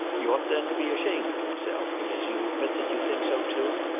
he ought then to be ashamed of himself, and, as you admit that you think so too,